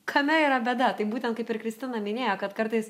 kame yra bėda tai būtent kaip ir kristina minėjo kad kartais